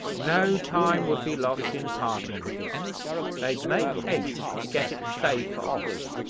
no time would be lost in parting with it they'd make haste to get it safe off.